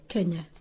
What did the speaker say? Kenya